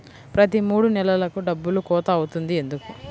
ప్రతి మూడు నెలలకు డబ్బులు కోత అవుతుంది ఎందుకు?